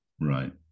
Right